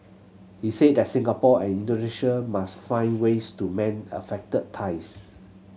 he said that Singapore and Indonesia must find ways to mend affected ties